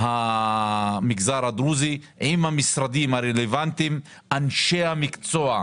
המגזר הדרוזי עם המשרדים הרלוונטיים ועם אנשי המקצוע.